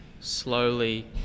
slowly